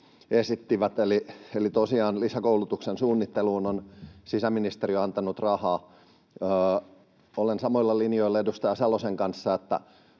eli tosiaan lisäkoulutuksen suunnitteluun on sisäministeriö antanut rahaa. Olen samoilla linjoilla edustaja Salosen kanssa: